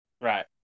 Right